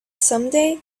someday